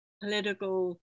political